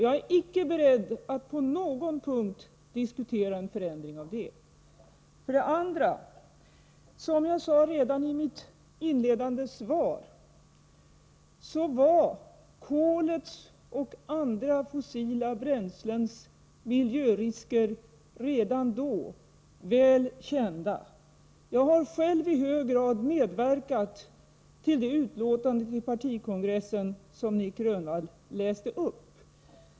Jag är inte beredd att på någon punkt diskutera en förändring i detta avseende. Vidare var som jag sade redan i mitt inledande svar kolets och andra fossila bränslens miljörisker redan då väl kända. Jag har själv i hög grad medverkat till det utlåtande till partikongressen som Nic Grönvall läste upp.